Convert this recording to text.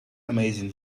amazing